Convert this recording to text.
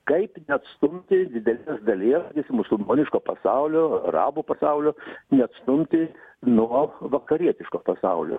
kaip neatstumti didelės dalies sakysim musulmoniško pasaulio arabų pasaulio neatstumti nuo vakarietiško pasaulio